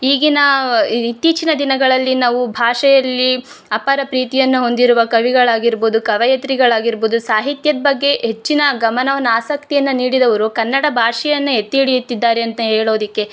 ಈಗಿನ ಇತ್ತೀಚಿನ ದಿನಗಳಲ್ಲಿ ನಾವು ಭಾಷೆಯಲ್ಲಿ ಅಪಾರ ಪ್ರೀತಿಯನ್ನು ಹೊಂದಿರುವ ಕವಿಗಳಾಗಿರ್ಬೋದು ಕವಯಿತ್ರಿಗಳಾಗಿರ್ಬೋದು ಸಾಹಿತ್ಯದ ಬಗ್ಗೆ ಹೆಚ್ಚಿನ ಗಮನವನ್ನು ಆಸಕ್ತಿಯನ್ನು ನೀಡಿದವರು ಕನ್ನಡ ಭಾಷೆಯನ್ನ ಎತ್ತಿ ಹಿಡಿಯುತ್ತಿದ್ದಾರೆ ಅಂತ ಹೇಳೋದಕ್ಕೆ